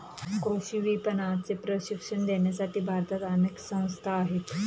कृषी विपणनाचे प्रशिक्षण देण्यासाठी भारतात अनेक संस्था आहेत